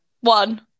One